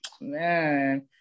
man